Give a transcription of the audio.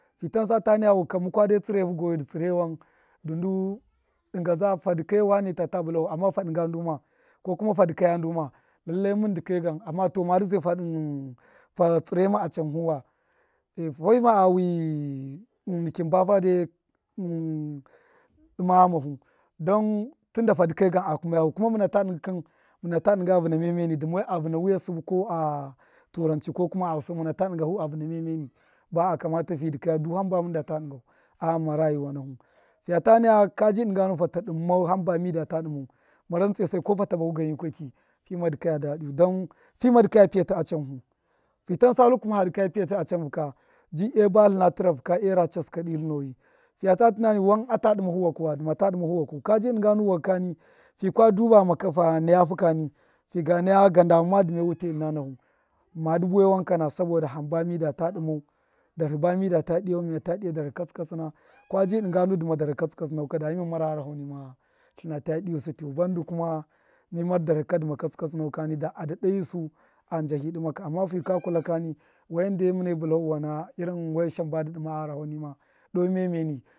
Fi tansa ta naya wan wankṫka muwa de tsṫre fu guyi dṫ tsṫrewan don ndo dṫngazda fa dṫkai wane ja ta bṫla fu amma fa dṫnga nu ma kuma fa dṫka ya nu ma lallai mun dke gam amma madṫ zai fa tsṫre ma achanfu wa fima a wi nikin ta hade dṫma ghama fu don tunda fa dṫke gan akuma ya fu kuma muna tu dṫngṫkṫn muna ta dṫnga vṫna miya miye ni duma wai a vṫna miyasṫbṫ ko kuma a turanchi ko kuma a hausau mina ba dṫnga fu a vṫna miya miye nib a akamata fi dṫkaya do hambai man da ta dṫngau a ghama rayuwa nafu fiya ta nay aka dṫnga nu fata dṫmmau hamba midata dṫmau mun rantse sai ko fata baku gan yikweki fima dṫkaya dadi yu don fima dikaya piyatṫ a chan hu fi tansalu kuma fi dṫkaya piyatṫ a chanfu ka ji e batlṫna tirafu ka era chasi ka dṫtlṫnoyi fiya ta tunani wan a ta dṫmahu wakṫ wa dṫma ta dṫmahu waku ka ji dṫnga nu wakṫ kani, fika dubama ka fi naya hu kani fi ga naya gandamama dṫme wute ṫna nafu madṫ buwai wankana saboda hamba mida ta dṫmau darhṫ ba mida ta diyau miya ta dṫya darhṫ katsṫ katsina kwaji dṫnga nu dṫma darhi katsṫnauka da mima mawa gharahau mime tlṫna ta dṫyusṫ tṫu bandu kuma mi nar darhṫ ka dṫ ma katsṫ katsṫ nau kani da a dadayi su a ndahṫ dṫma kṫ amma fika kula kani wan yande muna bṫlahu wana irin washashan badṫ dṫma a gharaho nima doo miyu miye ni.